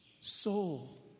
soul